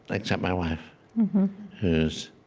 except my wife who's